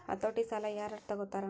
ಹತೋಟಿ ಸಾಲಾ ಯಾರ್ ಯಾರ್ ತಗೊತಾರ?